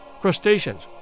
crustaceans